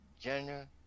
gender